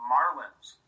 Marlins